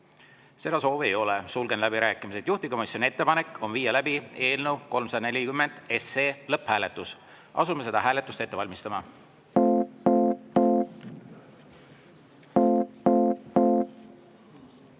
Seda soovi ei ole. Sulgen läbirääkimised. Juhtivkomisjoni ettepanek on viia läbi eelnõu 340 lõpphääletus. Asume seda hääletust ette valmistama. Head